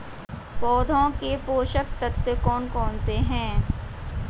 पौधों के पोषक तत्व कौन कौन से हैं?